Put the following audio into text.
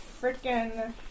freaking